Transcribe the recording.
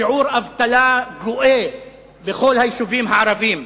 שיעור האבטלה גואה בכל היישובים הערביים.